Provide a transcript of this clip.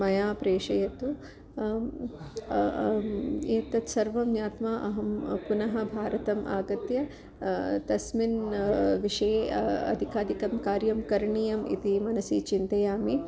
मया प्रेषयतु एतत् सर्वं ज्ञा त्वा अहं पुनः भारतम् आगत्य तस्मिन् विषये अधिकाधिकं कार्यं करणीयम् इति मनसि चिन्तयामि